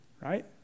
Right